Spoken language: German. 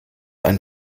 einen